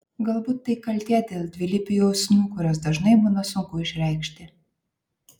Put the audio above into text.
galbūt tai kaltė dėl dvilypių jausmų kuriuos dažnai būna sunku išreikšti